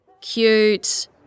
Cute